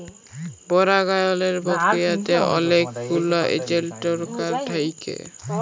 পরাগায়লের পক্রিয়াতে অলেক গুলা এজেল্ট দরকার থ্যাকে